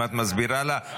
אם את מסבירה לה,